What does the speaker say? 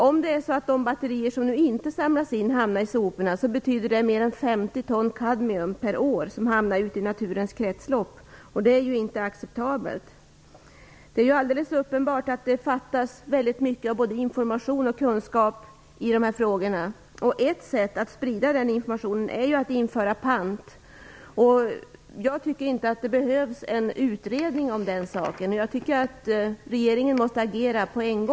Om de batterier som inte samlas in hamnar i soporna, betyder det att mer än 50 ton kadmium per år hamnar i naturens kretslopp, och det är inte acceptabelt. Det är alldeles uppenbart att det fattas mycket av både information och kunskap i dessa frågor. Ett sätt att sprida sådan information är att införa pant. Jag tycker inte att det behövs en utredning om den saken, utan jag menar att regeringen måste agera omedelbart.